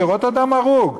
לראות אדם הרוג.